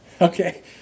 Okay